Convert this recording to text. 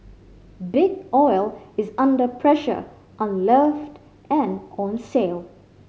Big Oil is under pressure unloved and on sale